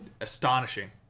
astonishing